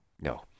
No